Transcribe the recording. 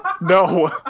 No